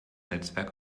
netzwerk